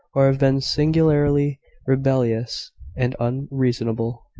or have been singularly rebellious and unreasonable.